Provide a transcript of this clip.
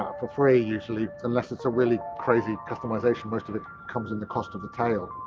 for free usually, unless it's a really crazy customization, most of it comes in the cost of the tail.